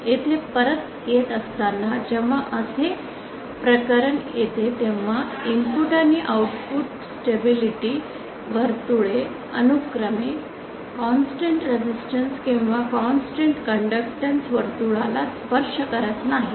येथे परत येत असताना जेव्हा असे प्रकरण येते तेव्हा इनपुट आणि output stability input output stability वर्तुळे अनुक्रमे कॉन्स्टन्ट रेसिस्टन्स किंवा कॉन्स्टन्ट कंडक्टन्स वर्तुळाला स्पर्श करत नाहीत